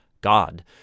God